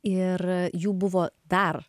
ir jų buvo dar